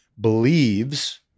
believes